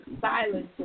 silence